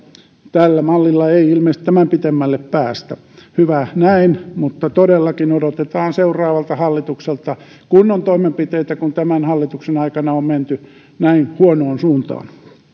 tällä mallilla ei ilmeisesti tämän pitemmälle päästä hyvä näin mutta todellakin odotetaan seuraavalta hallitukselta kunnon toimenpiteitä kun tämän hallituksen aikana on menty näin huonoon suuntaan